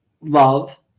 love